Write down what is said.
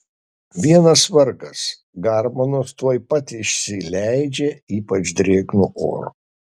vienas vargas garbanos tuoj pat išsileidžia ypač drėgnu oru